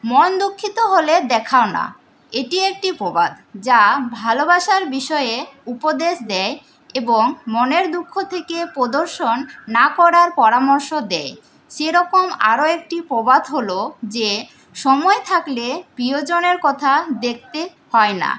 মন দুঃখিত হলে দেখাও না এটি একটি প্রবাদ যা ভালোবাসার বিষয়ে উপদেশ দেয় এবং মনের দুঃখ থেকে প্রদর্শন না করার পরামর্শ দেয় সেরকম আরো একটি প্রবাদ হল যে সময় থাকলে প্রিয়জনের কথা দেখতে হয় না